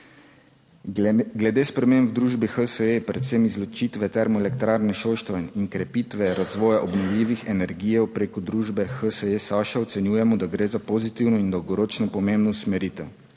Glede sprememb v družbi HSE, predvsem izločitve Termoelektrarne Šoštanj in krepitve razvoja obnovljivih energije preko družbe HSE ocenjujemo, da gre za pozitivno in dolgoročno pomembno usmeritev.